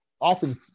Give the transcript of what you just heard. often